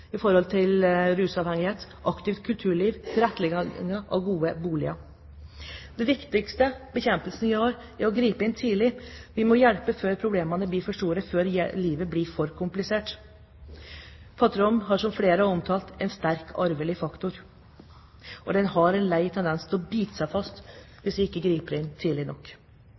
rusavhengighet, det handler om et aktivt kulturliv, og det handler om tilrettelegging av gode boliger. Det viktigste vi kan gjøre for å bekjempe fattigdom, er å gripe inn tidlig. Vi må hjelpe før problemene blir for store, før livet blir for komplisert. Fattigdom har, som flere har omtalt, en sterk arvelig faktor, og den har en lei tendens til å bite seg fast hvis vi ikke griper inn tidlig